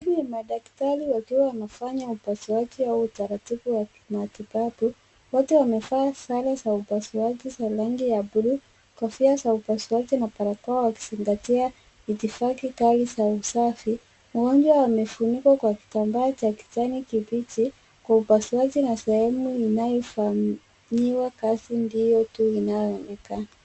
Hawa ni madaktari wakiwa wanafanya upasuaji au utaratibu wa kimaatibabu. Wote wamevaa sare za upasuaji za rangi ya blue , kofia za upasuaji na barakoa wakizingatia mitifaki kali za usafi. Mgonjwa amefunikwa kwa kitambaa cha kijani kibichi kwa upasuaji ya sehemu inayofanyiwa kazi ndio tu inayoonekana.